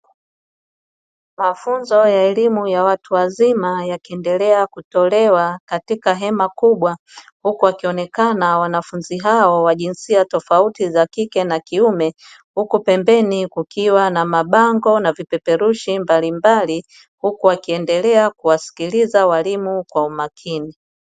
Mafunzo ya elimu ya watu wazima yakiendelea kutolewa katika hema kubwa, huku wakionekana wanafunzi hao wa jinsia tofauti za kike na kiume, huku pembeni kukiwa na mabango na vipeperushi mbalimbali, huku wakiendelea kuwasikiliza walimu kwa umakini.